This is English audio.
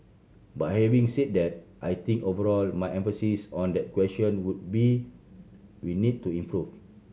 but having said that I think overall my emphasis on that question would be we need to improve